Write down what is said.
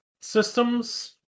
systems